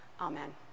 Amen